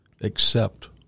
accept